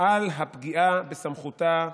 על הפגיעה בסמכותה ובכבודה,